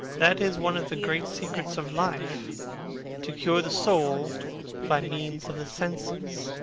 that is one of the great secrets of life to cure the soul by means of the senses,